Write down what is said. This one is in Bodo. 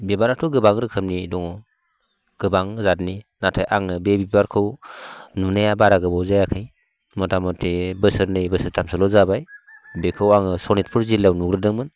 बिबाराथ' गोबां रोखोमनि दङ गोबां जातनि नाथाय आङो बे बिबारखौ नुनाया बारा गोबाव जायाखै मतामति बोसोरनै बोसोरथामसोल' जाबाय बेखौ आङो सनितपुर जिल्लायाव नुग्रोदोंमोन